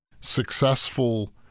successful